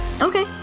Okay